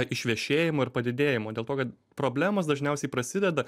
išvešėjimo ir padidėjimo dėl to kad problemos dažniausiai prasideda